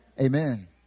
Amen